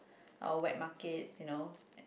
all wet market you know